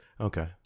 Okay